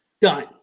done